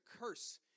curse